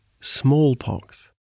smallpox